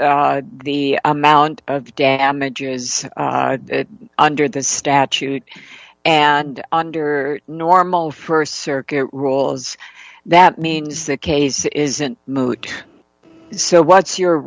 the amount of damages under the statute and under normal for circuit rules that means the case isn't moot so what's your